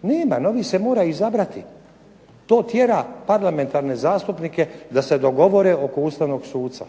Nema, novi se mora izabrati. To tjera parlamentarne zastupnike da se dogovore oko ustavnog suca